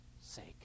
sake